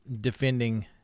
defending